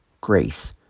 grace